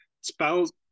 Spells